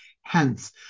Hence